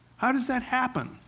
how does that happen?